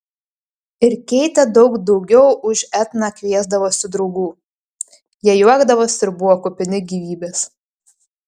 ir keitė daug daugiau už etną kviesdavosi draugų jie juokdavosi ir buvo kupini gyvybės